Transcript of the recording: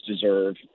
deserve